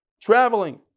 traveling